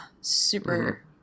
super